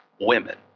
women